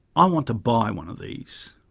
i want to buy one of these.